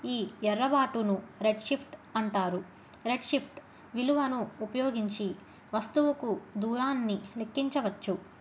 ఈ ఎర్రబాటును red shift అంటారు రెడ్ షిఫ్ట్ విలువను ఉపయోగించి వస్తువుకు దూరాన్ని లెక్కించవచ్చు